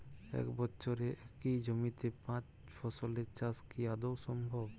এক বছরে একই জমিতে পাঁচ ফসলের চাষ কি আদৌ সম্ভব?